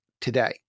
today